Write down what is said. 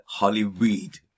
Hollyweed